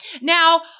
Now